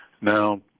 Now